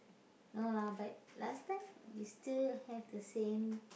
no lah but last time we still have the same